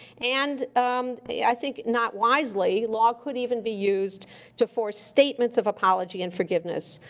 and i think, not wisely, law could even be used to force statements of apology and forgiveness,